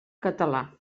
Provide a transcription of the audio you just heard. català